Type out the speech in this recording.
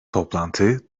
toplantı